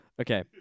okay